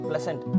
Pleasant